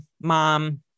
mom